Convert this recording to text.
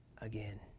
again